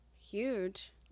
huge